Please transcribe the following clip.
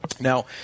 now